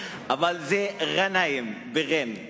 אבל זה גנאים, בע'ין.